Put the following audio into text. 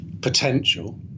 potential